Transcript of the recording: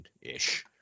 ish